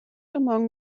among